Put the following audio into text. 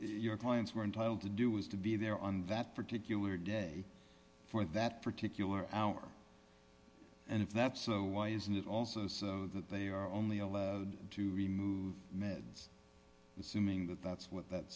your clients were entitled to do was to be there on that particular day for that particular hour and if that's so why isn't it also so that they are only allowed to remove meds assuming that that's what that